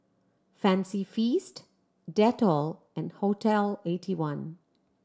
Fancy Feast Dettol and Hotel Eighty one